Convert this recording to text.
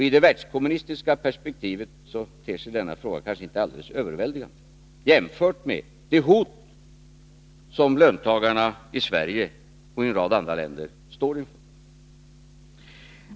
I det världskommunistiska perspektivet ter sig denna fråga kanske inte alldeles överväldigande jämfört med det hot som löntagarna i Sverige och i en rad andra länder står inför.